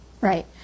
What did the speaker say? Right